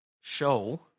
show